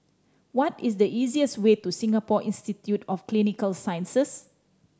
what is the easiest way to Singapore Institute of Clinical Sciences